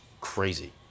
crazy